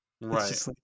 Right